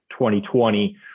2020